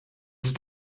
ist